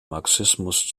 marxismus